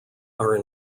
are